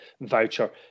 voucher